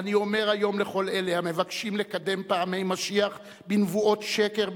אני אומר היום לכל אלה המבקשים לקדם פעמי משיח בנבואות שקר,